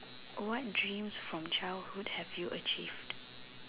what dreams from childhood have you achieved